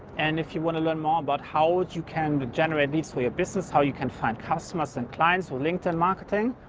and if you want to learn more about how you can generate leads for your business, how you can find customers and clients with linkedin marketing.